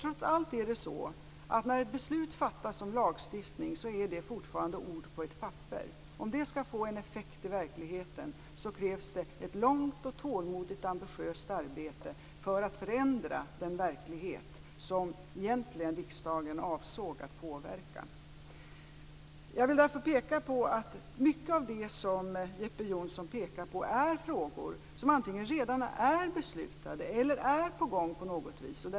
Trots allt är det så att ett beslut om lagstiftning fortfarande bara är ord på ett papper när det fattas. Om det skall få en effekt i verkligheten krävs det ett långt och tålmodigt ambitiöst arbete för att förändra den verklighet som riksdagen egentligen avsåg att påverka. Jag vill därför peka på att mycket av det som Jeppe Johnsson tar upp är frågor som antingen redan är beslutade eller på gång på något vis.